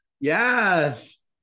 yes